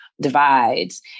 divides